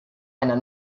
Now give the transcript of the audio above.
einer